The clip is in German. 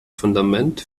fundament